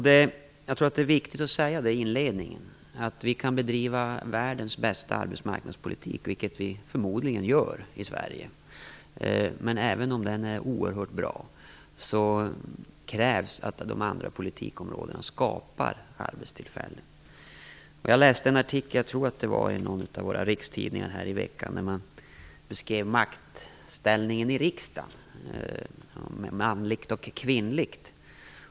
Det är viktigt att säga att vi kan bedriva världens bästa arbetsmarknadspolitik, vilket vi förmodligen gör i Sverige, men även om den är oerhört bra krävs det att de andra politikområdena skapar arbetstillfällen. Jag läste en artikel, jag tror att det var i någon av våra rikstidningar, i veckan där man beskrev maktställningen i riksdagen - manligt och kvinnligt.